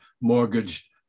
mortgaged